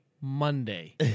Monday